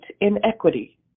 inequity